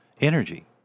energy